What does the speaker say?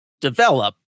develop